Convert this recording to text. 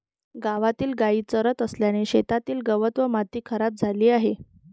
गावातील गायी चरत असल्याने शेतातील गवत व माती खराब झाली आहे